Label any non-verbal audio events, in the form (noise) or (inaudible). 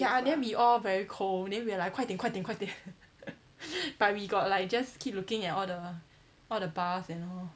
ya and then we all very cold then we were like 快点快点快点 (laughs) but we got like just keep looking at all the all the bars and all